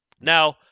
Now